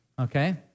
Okay